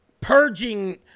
purging